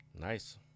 Nice